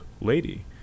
lady